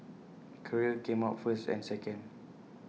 Korea came out first and second